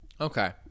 Okay